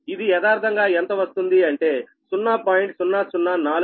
ఇది యదార్థంగా ఎంత వస్తుంది అంటే 0